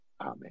amen